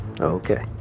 Okay